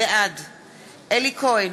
בעד אלי כהן,